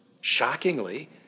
Shockingly